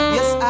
Yes